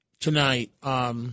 tonight